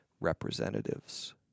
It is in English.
representatives